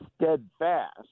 steadfast